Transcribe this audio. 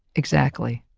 exactly.